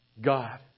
God